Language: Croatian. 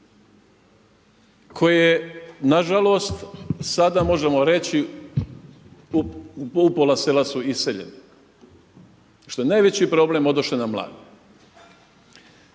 koje nažalost sada možemo reći u pola sela su iseljeni. Šta je najveći problem odoše nam mladi.